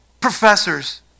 professors